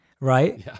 right